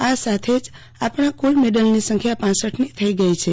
આ સાથે જ આપણા કુલ મેડલની સંખ્યા ક્રપની થઈક્રગઈ છે